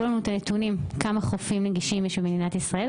לנו את הנתונים כמה חופים נגישים יש במדינת ישראל.